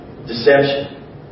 Deception